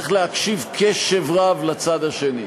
צריך להקשיב קשב רב לצד השני.